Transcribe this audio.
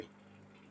nursinglibrary